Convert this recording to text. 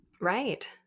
right